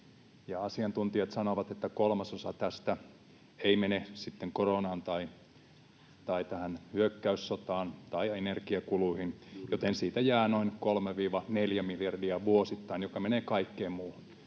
Asiantuntijat sanovat, että kolmasosa tästä ei mene koronaan tai tähän hyökkäyssotaan tai energiakuluihin, joten siitä jää noin kolme—neljä miljardia vuosittain, joka menee kaikkeen muuhun.